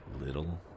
little